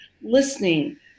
Listening